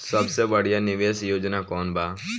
सबसे बढ़िया निवेश योजना कौन बा?